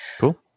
cool